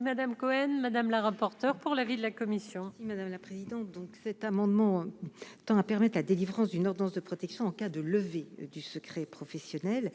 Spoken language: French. Madame Cohen Madame la rapporteure pour la vie de la commission si madame. Président donc cet amendement tend à permettent la délivrance d'une ordonnance de protection en cas de levée du secret professionnel